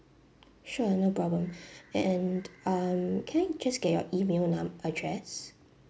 sure no problem and um can I just get your email num~ address